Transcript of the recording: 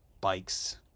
bikes